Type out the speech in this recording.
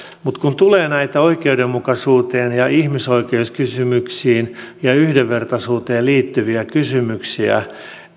mutta kun tulee näitä oikeudenmukaisuuteen ja ihmisoikeuskysymyksiin ja yhdenvertaisuuteen liittyviä kysymyksiä